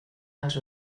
els